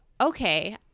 Okay